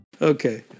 Okay